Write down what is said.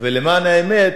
ולמען האמת